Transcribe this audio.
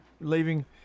leaving